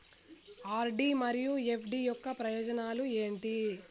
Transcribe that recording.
RD మరియు FD యొక్క ప్రయోజనాలు ఏంటి?